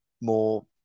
more